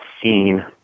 seen